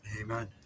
Amen